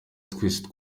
twese